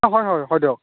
অ হয় হয় হয় দিয়ক